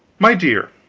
my dear,